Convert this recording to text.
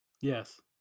Yes